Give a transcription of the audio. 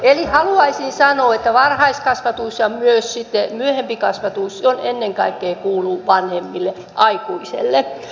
eli haluaisin sanoa että varhaiskasvatus ja myös myöhempi kasvatus ennen kaikkea kuuluu vanhemmille aikuiselle